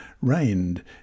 reigned